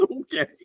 Okay